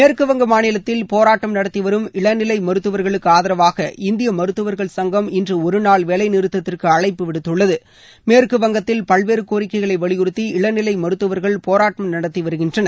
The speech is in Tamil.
மேற்கு வங்க மாநிலத்தில் போராட்டம் நடத்தி வரும் இளைநிலை மருத்துவர்களுக்கு ஆதரவாக இந்திய மருத்துவர்கள் சங்கம் இன்று ஒருநாள் வேலை நிறுத்தத்திற்கு அழைப்பு விடுத்துள்ளது மேற்கு வங்கத்தில் பல்வேறு கோரிக்கைகளை வலியுறுத்தி இளநிலை மருத்துவர்கள் போராட்டம் நடத்தி வருகின்றனர்